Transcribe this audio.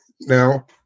now